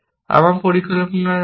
আমার পরিকল্পনার অংশ